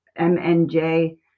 MNJ